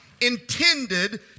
intended